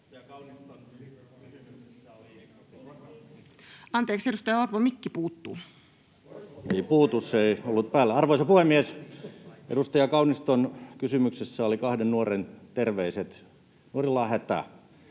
ollessa suljettuna] Ei puutu, se ei ollut päällä. — Arvoisa puhemies! Edustaja Kauniston kysymyksessä oli kahden nuoren terveiset. Nuorilla on hätä,